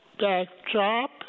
backdrop